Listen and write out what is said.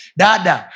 dada